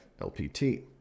LPT